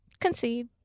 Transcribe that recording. Concede